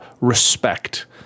respect